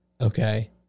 Okay